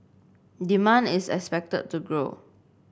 demand is expected to grow